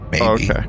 Okay